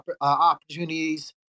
opportunities